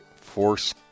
Force